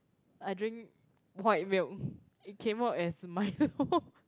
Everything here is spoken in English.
I drink white milk it came out as Milo